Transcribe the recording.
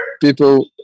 people